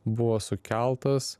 buvo sukeltas